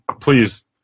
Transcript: please